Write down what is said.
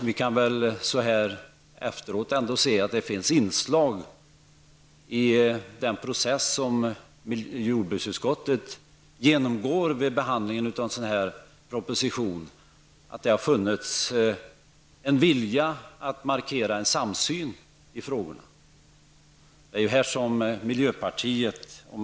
Vi kan väl så här efteråt se att det i den process som jordbruksutskottet genomgått vid behandlingen av en sådan här proposition har funnits en vilja att markera en samsyn i frågorna. Men miljöpartiet inkl.